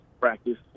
practice